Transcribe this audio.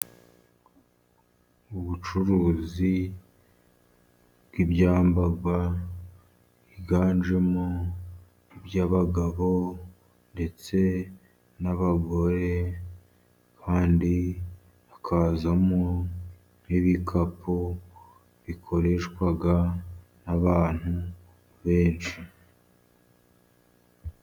Ubucuruzi bw'ibyambarwa byiganjemo iby'abagabo ndetse n'abagore, kandi hakazamo n'ibikapu bikoreshwa n'abantu benshi.